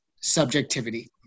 subjectivity